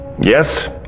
Yes